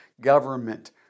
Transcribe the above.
government